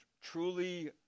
truly